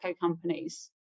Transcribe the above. companies